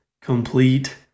complete